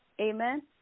Amen